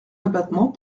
abattement